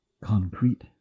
concrete